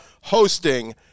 hosting